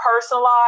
personalized